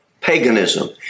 paganism